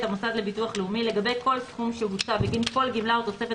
המוסד לביטוח לאומי לגבי כל סכום שהוצא בגין כל גמלה או תוספת